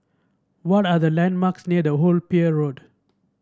what are the landmarks near The Old Pier Road